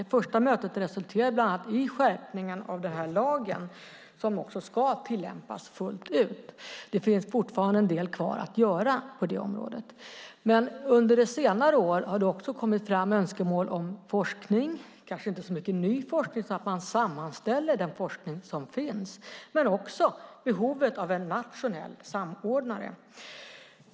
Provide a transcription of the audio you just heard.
Det första mötet resulterade bland annat i skärpningen av den här lagen som också ska tillämpas fullt ut. Det finns fortfarande en del kvar att göra på det området. Under senare år har det också kommit fram önskemål om forskning, kanske inte så mycket ny forskning som att man sammanställer den forskning som finns, men också behovet av en nationell samordnare.